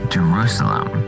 Jerusalem